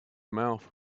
mouth